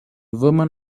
woman